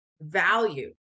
value